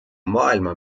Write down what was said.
maailma